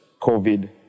COVID